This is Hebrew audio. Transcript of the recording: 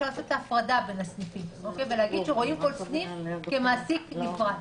אפשר לעשות את ההפרדה בין הסניפים ולהגיד שרואים כל סניף כמעסיק נפרד.